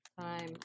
time